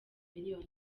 miliyoni